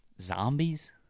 zombies